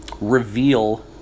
reveal